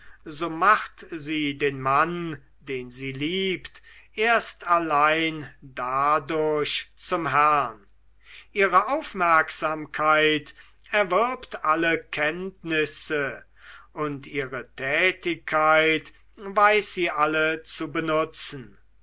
so macht sie den mann den sie liebt erst allein dadurch zum herrn ihre aufmerksamkeit erwirbt alle kenntnisse und ihre tätigkeit weiß sie alle zu benutzen